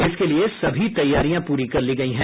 इसके लिये सभी तैयारियां पूरी कर ली गयी हैं